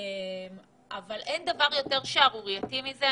אין דבר יותר שערורייתי מזה.